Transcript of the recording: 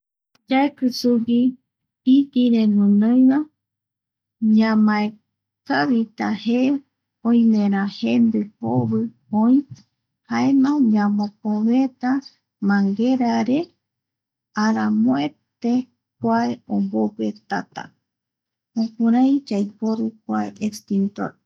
Yaeki sugui itireguinoi va, ñamaekavita je oimera jendi jovi oi jaema ñamopoveeta manguerare aranoete kua ombogue tata jukurai yaiporu kua estintor.